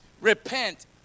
repent